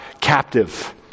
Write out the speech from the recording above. captive